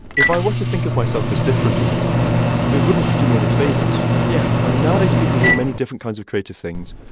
if i were to think of myself as different all the time it wouldn't do me any favors yeah i mean, nowadays, people are doing many different kinds of creative things.